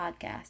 podcast